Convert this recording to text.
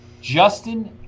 Justin